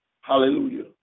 Hallelujah